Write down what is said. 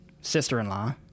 sister-in-law